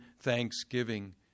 thanksgiving